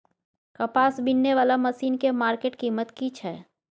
कपास बीनने वाला मसीन के मार्केट कीमत की छै?